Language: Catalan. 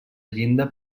llinda